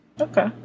Okay